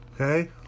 Okay